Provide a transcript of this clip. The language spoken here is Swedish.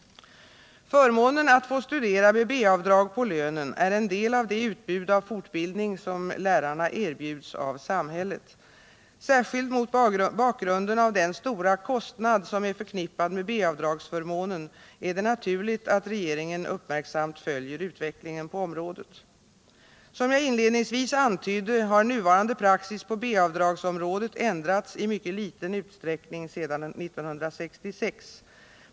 Förmånen att få studera med B-avdrag på lönen är en del av det utbud av fortbildning som lärarna erbjuds av samhället. Särskilt mot bakgrunden av den stora kostnad som är förknippad med B-avdragsförmånen är det naturligt att regeringen uppmärksamt följer utvecklingen på området. Som jag inledningsvis antydde har nuvarande praxis på B-avdragsområdet ändrats i mycket liten utsträckning sedan 1966.